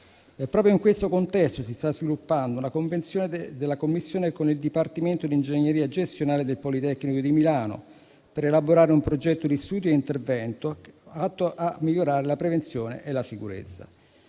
Proprio in questo contesto si sta sviluppando una convenzione della Commissione con il dipartimento di ingegneria gestionale del Politecnico di Milano, per elaborare un progetto di studio e intervento atto a migliorare la prevenzione e la sicurezza.